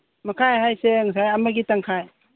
ꯃꯈꯥꯏ ꯍꯥꯏꯁꯦ ꯉꯁꯥꯏ ꯑꯃꯒꯤ ꯇꯪꯈꯥꯏ